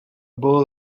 bowl